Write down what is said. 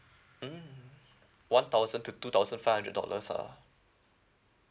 mm one thousand to two thousand five hundred dollars ah